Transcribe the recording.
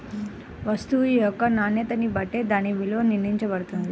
వస్తువు యొక్క నాణ్యతని బట్టే దాని విలువ నిర్ణయించబడతది